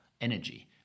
energy